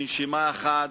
בנשימה אחת,